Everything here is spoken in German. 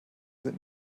sind